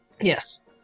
Yes